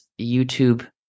YouTube